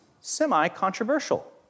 semi-controversial